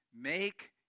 Make